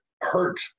hurt